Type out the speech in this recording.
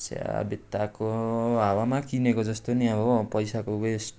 छ्याः बित्थाको हावामा किनेको जस्तो नि हो पैसाको वेस्ट